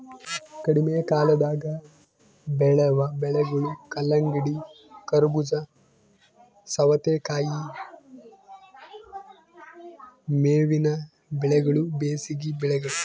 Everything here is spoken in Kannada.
ಕಡಿಮೆಕಾಲದಾಗ ಬೆಳೆವ ಬೆಳೆಗಳು ಕಲ್ಲಂಗಡಿ, ಕರಬೂಜ, ಸವತೇಕಾಯಿ ಮೇವಿನ ಬೆಳೆಗಳು ಬೇಸಿಗೆ ಬೆಳೆಗಳು